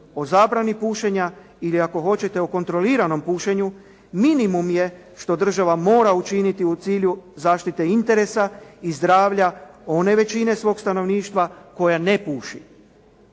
o zabrani pušenja ili ako hoćete o kontroliranom pušenju minimum je što država mora učiniti u cilju zaštite interesa i zdravlja one većine svog stanovništva koja ne puši.